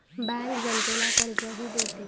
bank जनतेला कर्जही देते